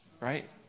right